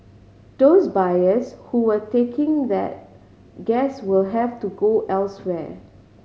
those buyers who were taking that gas will have to go elsewhere